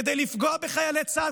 כדי לפגוע בחיילי צה"ל,